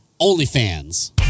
OnlyFans